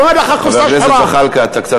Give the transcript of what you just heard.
אני אומר לך, קופסה שחורה.